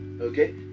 Okay